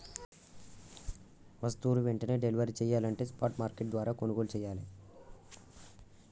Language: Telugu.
వస్తువులు వెంటనే డెలివరీ చెయ్యాలంటే స్పాట్ మార్కెట్ల ద్వారా కొనుగోలు చెయ్యాలే